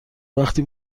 وقتی